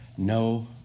No